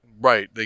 Right